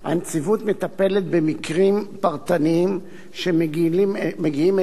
הנציבות מטפלת במקרים פרטניים שמגיעים אליה